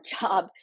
job